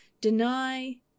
deny